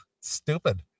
Stupid